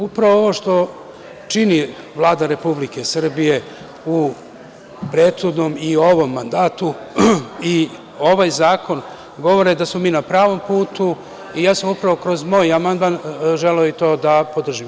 Upravo što čini Vlada Republike Srbije u prethodnom i u ovom mandatu i ovaj zakon govore da smo na pravom putu i ja sam upravo kroz moj amandman želeo i to da podržim.